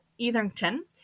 Etherington